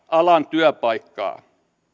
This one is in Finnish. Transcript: alan työpaikkaa